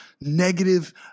negative